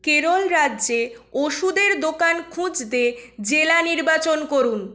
কেরল রাজ্যে ওষুধের দোকান খুঁজতে জেলা নির্বাচন করুন